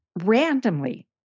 randomly